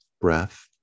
breath